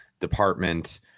department